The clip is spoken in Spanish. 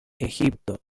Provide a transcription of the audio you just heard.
egipto